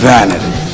Vanity